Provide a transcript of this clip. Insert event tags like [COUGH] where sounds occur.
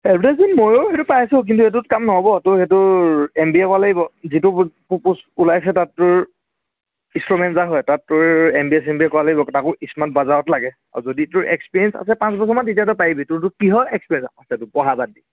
advertising ময়ো সেইটো পাইছোঁ কিন্তু এইটোত কাম নহ'ব তাৰ সেইটোৰ এম বি এ হোৱা লাগিব যিটো [UNINTELLIGIBLE] পোষ্ট ওলাইছে তাত তাৰ [UNINTELLIGIBLE] যা হয় তাত তাৰ এম বি এ ছম বি এ কৰা লাগিব তাকো স্মাৰ্ট বজাৰতা লাগে আৰু যদিতোৰ এক্সপেৰিয়েঞ্চ আছে পাঁচ বছৰমান তেতিয়া তই পাৰিবি তাৰেটো কিহৰ এক্সপেৰিয়ঞ্চ আছে সেই পঢ়া বাদ দি